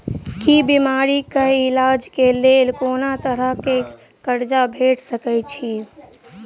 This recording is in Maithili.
की बीमारी कऽ इलाज कऽ लेल कोनो तरह कऽ कर्जा भेट सकय छई?